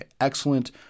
excellent